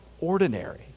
ordinary